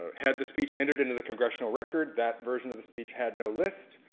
ah had the speech entered into the congressional record that version of the speech had no list.